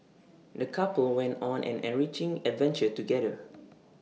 the couple went on an enriching adventure together